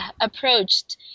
approached